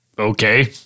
Okay